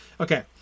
Okay